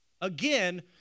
Again